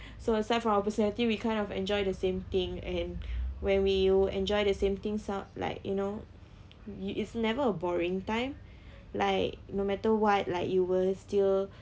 so aside from opportunity we kind of enjoy the same thing and when we were enjoy the same thing sound like you know it is never a boring time like no matter what like you will still